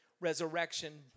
resurrection